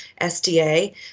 SDA